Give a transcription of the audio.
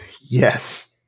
Yes